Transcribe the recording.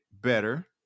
better